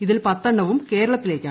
ഇതിൽ പത്തെണ്ണവും കേരളത്തിലേക്ക്